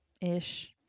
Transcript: ish